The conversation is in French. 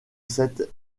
cette